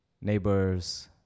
neighbor's